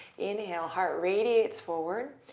inhale. heart radiates forward.